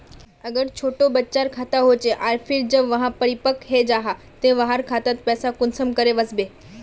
अगर छोटो बच्चार खाता होचे आर फिर जब वहाँ परिपक है जहा ते वहार खातात पैसा कुंसम करे वस्बे?